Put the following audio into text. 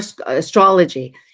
astrology